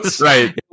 Right